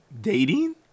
dating